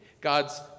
God's